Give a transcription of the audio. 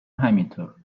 همینطور